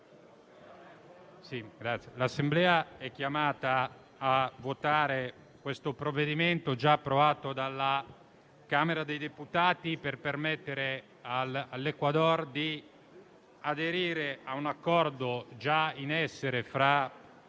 l'Assemblea è chiamata a votare questo provvedimento, già approvato dalla Camera dei deputati, per permettere all'Ecuador di aderire a un Accordo già in essere fra